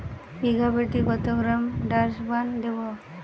বিঘাপ্রতি কত gram Dursban দেবো?